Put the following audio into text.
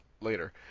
later